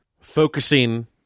focusing